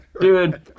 dude